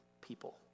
people